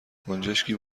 گنجشکی